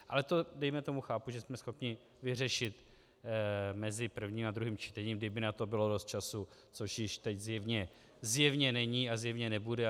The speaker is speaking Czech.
Ale to, dejme tomu, chápu, že jsme schopni vyřešit mezi prvním a druhým čtením, kdyby na to bylo dost času, což již teď zjevně není a zjevně nebude.